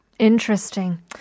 Interesting